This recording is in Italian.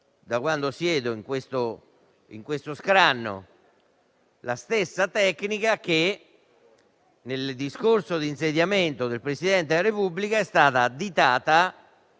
da quando siedo su questo scranno e che, nel discorso di insediamento del Presidente della Repubblica, è stata additata